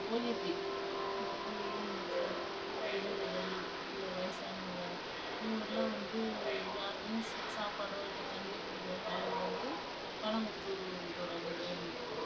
OAP அதாவது ஊனமுற்றோர் விதவைகள் இல்லை வயசானவங்க இவங்களுக்குலாம் வந்து யாருமே ஸ் சாப்பாடோ இல்லை தண்ணியோ கொடுக்கலனாலும் அவங்களுக்கு வந்து பணம் கொடுத்து உ உதவுகிறாங்க கவர்மெண்ட்டில்